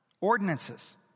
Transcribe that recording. Ordinances